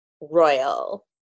royal